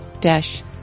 dash